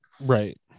Right